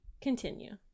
Continue